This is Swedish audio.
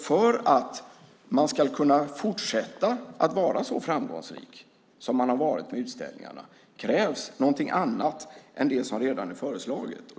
För att museet ska kunna fortsätta att vara så framgångsrikt som det har varit med utställningarna krävs någonting annat än det som redan är föreslaget.